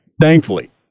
thankfully